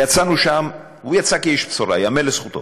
והוא יצא איש בשורה, ייאמר לזכותו.